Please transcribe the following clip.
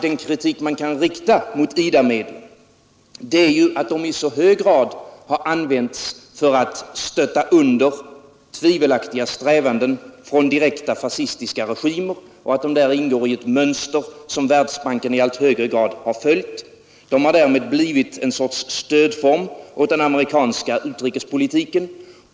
Den kritik man kan rikta mot IDA-medlen är ju att de i så hög grad har använts för att stötta under tvivelaktiga strävanden från direkta fascistiska regimer och att de ingår i ett mönster som Världsbanken i allt högre grad har följt. Dessa medel har därmed blivit ett slags stöd åt den amerikanska utrikespolitiken.